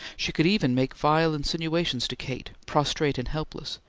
she could even make vile insinuations to kate, prostrate and helpless,